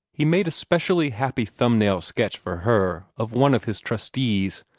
he made a specially happy thumb-nail sketch for her of one of his trustees,